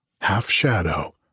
half-shadow